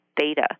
theta